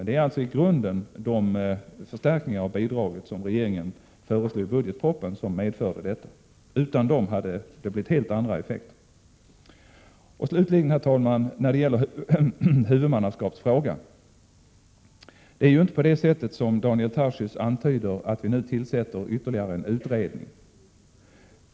Det är i grunden de förstärkningar av bidraget som regeringen föreslog i budgetpropositionen som medförde detta. Utan dessa förstärkningar hade det blivit helt andra effekter. I huvudmannaskapsfrågan tillsätter vi inte, vilket Daniel Tarschys antyder, ytterligare en utredning.